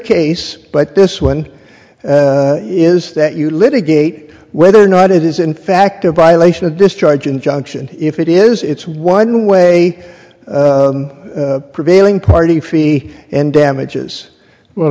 case but this one is that you litigate whether or not it is in fact a violation of discharge injunction if it is it's one way prevailing party fee and damages well